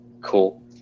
Cool